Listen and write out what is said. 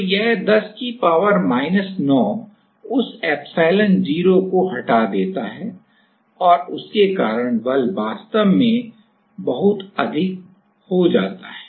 तो यह 10 की पावर माइनस 9 उस एप्सिलॉन0 को हटा देता है और उसके कारण बल वास्तव में बहुत अधिक हो सकता है